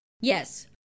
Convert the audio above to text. Yes